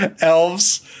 Elves